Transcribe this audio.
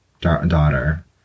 daughter